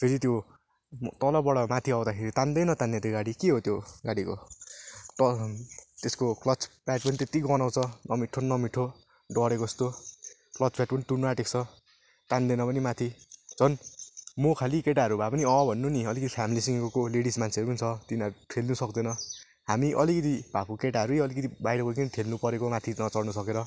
फेरि त्यो तलबाट माथि आउँदाखेरि तान्दै नतान्ने त्यो गाडी के हो त्यो गाडीको तल त्यसको क्लच पाइप पनि त्यत्तिकै गन्हाउँछ नमिठो नमिठो डढेको जस्तो क्लच पाइप पनि टुट्न आँटेको छ तान्दैन पनि माथि झन् म खालि केटाहरू भए पनि अँ भन्नु नि अलिकति फ्यामिलीसँग गएको लेडिस मान्छेहरू पनि छ तिनीहरू ढेल्नु सक्दैन हामी अलिकति भएको केटाहरू यही बाहिरबाट ढेल्नुपरेको माथि चढ्नु नसकेर